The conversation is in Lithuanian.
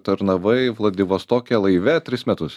tarnavai vladivostoke laive tris metus